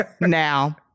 Now